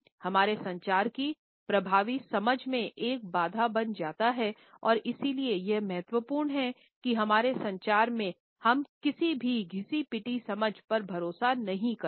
हमारे संचार की प्रभावी समझ में एक बाधा बन जाता है और इसलिए यह महत्वपूर्ण है कि हमारे संचार में हम किसी भी घिसी पिटी समझ पर भरोसा नहीं करते हैं